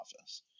office